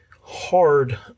hard